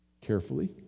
carefully